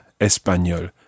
espagnol